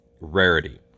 rarity